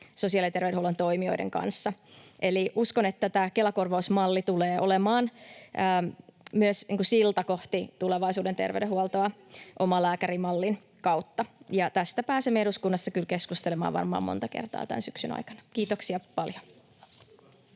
sosiaali- ja terveysalan eri toimijoiden kanssa. Eli uskon, että tämä Kela-korvausmalli tulee olemaan myös silta kohti tulevaisuuden terveydenhuoltoa omalääkärimallin kautta. Tästä pääsemme eduskunnassa kyllä keskustelemaan varmaan monta kertaa tämän syksyn aikana. — Kiitoksia paljon.